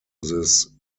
this